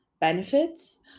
benefits